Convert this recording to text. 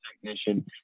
technician